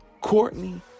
Courtney